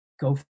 go